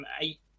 eight